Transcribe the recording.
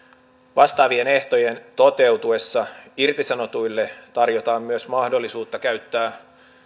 vastaavien ehtojen toteutuessa irtisanotuille tarjotaan myös mahdollisuutta käyttää